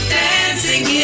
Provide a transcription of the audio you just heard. dancing